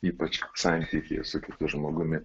ypač santykyje su kitu žmogumi